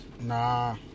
Nah